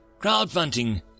Crowdfunding